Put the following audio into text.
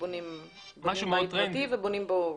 בונים בית פרטי ובונים בו קמין?